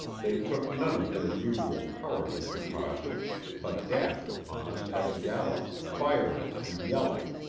they took none of their usual cowardly precautions, but dashed upon us at a gallop, firing and yelling.